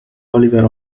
oliver